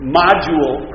module